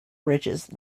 ridges